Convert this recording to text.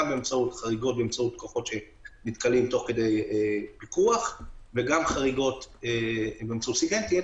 גם באמצעות כוחות שנתקלים תוך כדי פיקוח וגם חריגות באמצעים סיגינטיים.